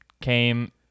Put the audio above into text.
came